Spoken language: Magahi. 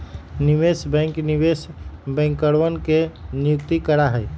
निवेश बैंक निवेश बैंकरवन के नियुक्त करा हई